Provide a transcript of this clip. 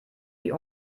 die